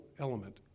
element